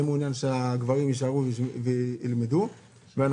אני מעוניין שהגברים יישארו וילמדו ומבין